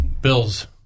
Bill's